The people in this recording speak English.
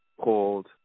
called